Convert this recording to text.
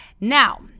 Now